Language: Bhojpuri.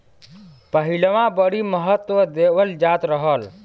पहिलवां बड़ी महत्त्व देवल जात रहल